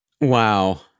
Wow